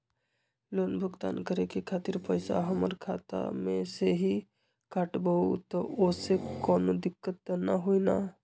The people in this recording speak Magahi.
लोन भुगतान करे के खातिर पैसा हमर खाता में से ही काटबहु त ओसे कौनो दिक्कत त न होई न?